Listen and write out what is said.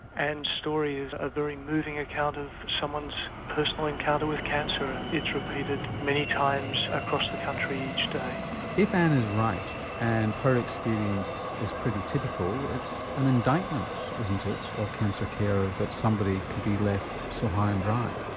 and story is a very moving account of someone's personal encounter with cancer and is repeated many times across the country each day. if ann is right and her experience is pretty typical it's an indictment isn't it of cancer care that somebody could be left so high and dry?